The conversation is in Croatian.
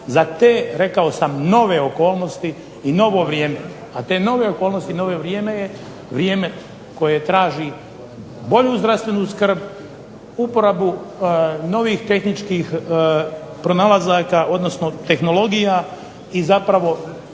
za te rekao sam nove okolnosti i novo vrijeme. A te nove okolnosti i novo vrijeme je vrijeme koje traži bolju zdravstvenu skrb, uporabu novih tehničkih pronalazaka odnosno tehnologija i zapravo